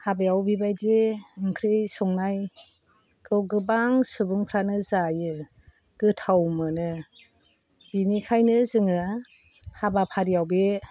हाबायाव बेबादि ओंख्रि संनायखौ गोबां सुबुंफ्रानो जायो गोथाव मोनो बिनिखायनो जोङो हाबाफारियाव बे